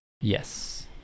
Yes